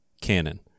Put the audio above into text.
canon